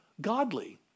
godly